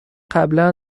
قبلا